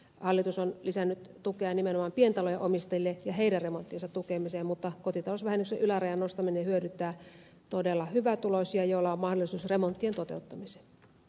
hallitus on lisännyt tukea nimenomaan pientalojen omistajille ja heidän remonttiensa tukemiseen mutta kotitalousvähennyksen ylärajan nostaminen hyödyttää todella hyvätuloisia joilla on mahdollisuus remonttien toteuttamiseen